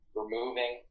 removing